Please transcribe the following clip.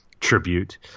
tribute